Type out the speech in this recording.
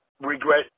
regret